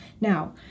Now